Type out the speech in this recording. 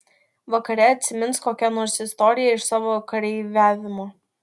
vakare atsimins kokią nors istoriją iš savo kareiviavimo